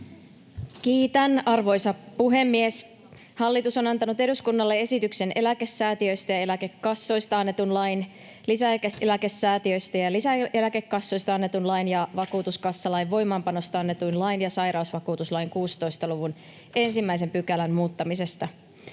Kiitän, arvoisa puhemies! Hallitus on antanut eduskunnalle esityksen eläkesäätiöistä ja eläkekassoista annetun lain, lisäeläkesäätiöistä ja lisäeläkekassoista annetun lain ja vakuutuskassalain voimaanpanosta annetun lain ja sairausvakuutuslain 16 luvun 1 §:n muuttamisesta.